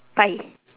pie